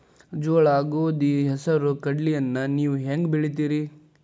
ಜೋಳ, ಗೋಧಿ, ಹೆಸರು, ಕಡ್ಲಿಯನ್ನ ನೇವು ಹೆಂಗ್ ಬೆಳಿತಿರಿ?